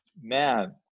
Man